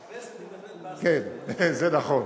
זה נכון.